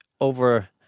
over